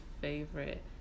favorite